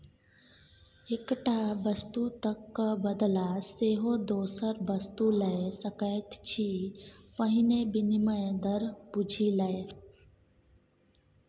एकटा वस्तुक क बदला सेहो दोसर वस्तु लए सकैत छी पहिने विनिमय दर बुझि ले